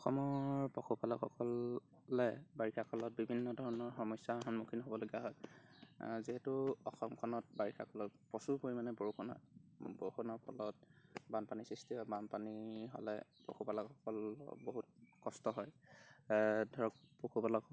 অসমৰ পশুপালকসকলে বাৰিষাকালত বিভিন্নধৰণৰ সমস্য়াৰ সন্মুখীন হ'বলগীয়া হয় যিহেতু অসমখনত বাৰিষাকালত প্ৰচুৰ পৰিমাণে বৰষুণ হয় বৰষুণৰ ফলত বানপানীৰ সৃষ্টি হয় বানপানী হ'লে পশুপালকসকল বহুত কষ্ট হয় ধৰক পশুপালক